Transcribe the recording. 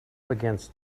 against